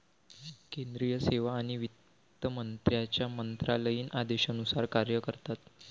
केंद्रीय सेवा आणि वित्त मंत्र्यांच्या मंत्रालयीन आदेशानुसार कार्य करतात